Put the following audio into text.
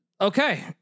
Okay